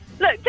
Look